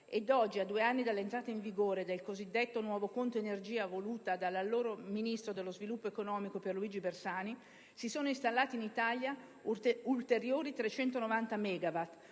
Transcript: e oggi, a due anni dall'entrata in vigore del cosiddetto Nuovo Conto Energia voluto dall'allora Ministro dello sviluppo economico, Pierluigi Bersani, si sono installati in Italia ulteriori 390 MW,